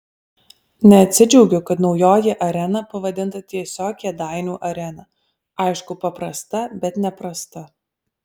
neatsidžiaugiu kad naujoji arena pavadinta tiesiog kėdainių arena aišku paprasta bet ne prasta